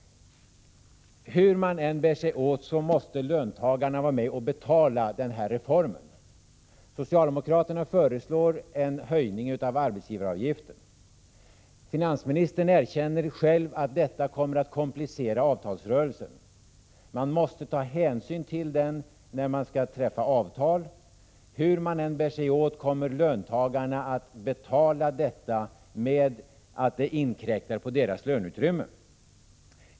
Hur man än bär sig åt måste löntagarna vara med och betala denna reform. Socialdemokraterna föreslår en höjning av arbetsgivaravgiften. Finansministern erkänner själv att detta kommer att komplicera avtalsrörelsen. Man måste ta hänsyn till detta när man skall träffa avtal. Hur man än bär sig åt kommer löntagarna att få betala genom att man inkräktar på deras löneutrymme.